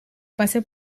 pase